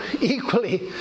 equally